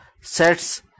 sets